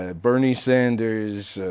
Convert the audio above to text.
ah bernie sanders,